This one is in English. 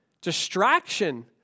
Distraction